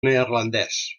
neerlandès